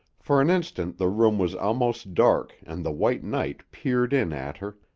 for an instant the room was almost dark and the white night peered in at her,